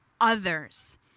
others